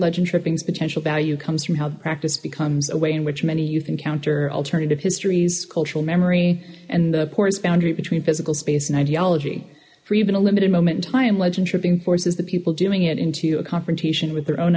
legend tripping is potential value comes from how the practice becomes a way in which many youth encounter alternative histories cultural memory and the porous boundary between physical space and ideology for even a limited moment i am legend trippin forces the people doing it into a confrontation with their own